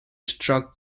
struck